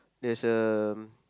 there's a